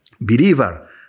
believer